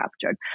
captured